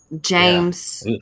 James